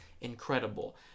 incredible